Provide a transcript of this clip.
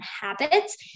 habits